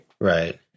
Right